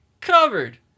Covered